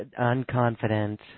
unconfident